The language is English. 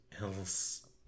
else